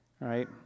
right